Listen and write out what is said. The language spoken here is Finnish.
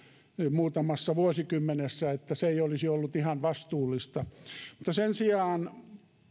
muutamassa vuosikymmenessä että se ei olisi ollut ihan vastuullista mutta sen sijaan